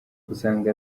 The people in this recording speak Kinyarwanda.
usanga